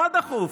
מה דחוף?